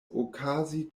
okazi